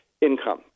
income